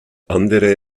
andere